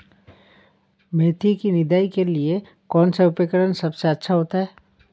मेथी की निदाई के लिए कौन सा उपकरण सबसे अच्छा होता है?